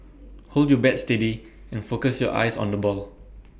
hold your bat steady and focus your eyes on the ball